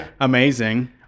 amazing